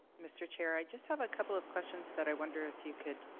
mr. chair. i just have a couple of questions that i wonder if you could